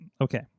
okay